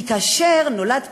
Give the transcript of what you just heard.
כאשר נולד פג,